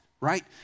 right